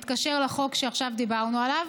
זה מתקשר לחוק שעכשיו דיברנו עליו,